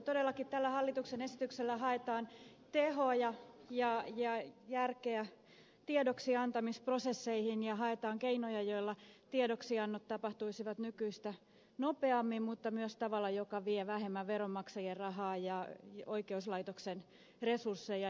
todellakin tällä hallituksen esityksellä haetaan tehoa ja järkeä tiedoksiantamisprosesseihin ja haetaan keinoja joilla tiedoksiannot tapahtuisivat nykyistä nopeammin mutta myös tavalla joka vie vähemmän veronmaksajien rahaa ja oikeuslaitoksen resursseja